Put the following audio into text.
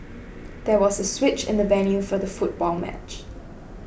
there was a switch in the venue for the football match